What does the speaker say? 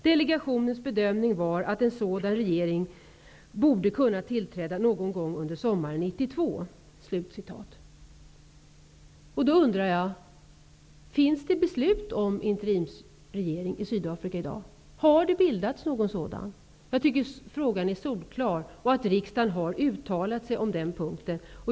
Delegationens bedömning var att en sådan regering borde kunna tillträda någon gång under sommaren Jag undrar om det finns beslut om interimsregering i Sydafrika i dag? Har någon sådan regering bildats? Jag tycker svaret är solklart. Riksdagen har uttalat sig på den punkten.